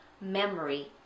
memory